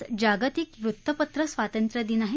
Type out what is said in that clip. आज जागतिक वृत्तपत्र स्वातंत्र्य दिन आहे